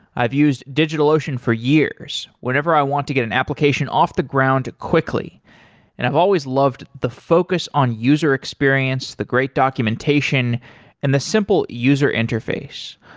i've used digitalocean for years whenever i want to get an application off the ground quickly, and i've always loved the focus on user experience, the great documentation and the simple user interface.